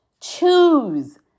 Choose